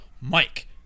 Mike